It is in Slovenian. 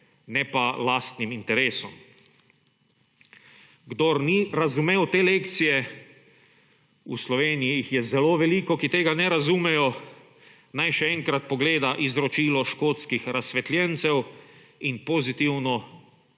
ne pa lastnim interesom. Kdor ni razumel te lekcije, v Sloveniji jih je zelo veliko, ki tega ne razumejo, naj še enkrat pogleda izročilo škotskih razsvetljencev **19.